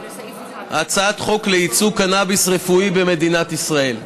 הצעת חוק לייצוא קנאביס רפואי במדינת ישראל.